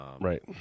Right